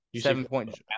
seven-point